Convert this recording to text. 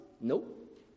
Nope